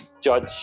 judge